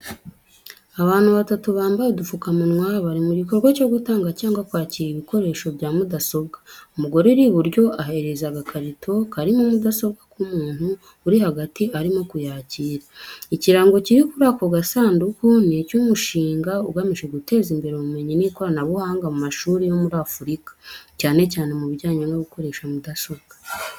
Abantu batatu bambaye udupfukamunwa bari mu gikorwa cyo gutanga cyangwa kwakira ibikoresho bya mudasobwa. Umugore uri iburyo ahereza agakarito karimo mudasobwa ku muntu uri hagati arimo kuyakira. Ikirango kiri kuri ako gasanduku ni icy'umushinga ugamije guteza imbere ubumenyi n'ikoranabuhanga mu mashuri yo muri Afurika, cyane cyane mu bijyanye no gukoresha mudasobwa.